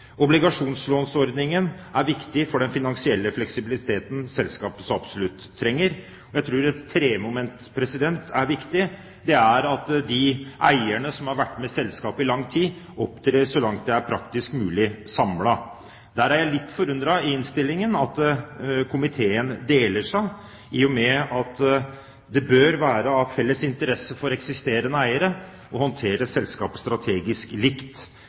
er viktig for den finansielle fleksibiliteten selskapet så absolutt trenger. Jeg tror et tredje moment er viktig. Det er at de eierne som har vært med selskapet i langt tid, opptrer samlet så langt det er praktisk mulig. Der er jeg litt forundret over at komiteen deler seg i innstillingen, i og med at det bør være av felles interesse for eksisterende eiere å håndtere selskapet strategisk likt.